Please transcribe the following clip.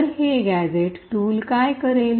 तर हे gadget tool काय करेल